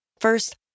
First